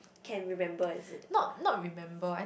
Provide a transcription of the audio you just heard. can remember is it